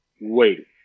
wait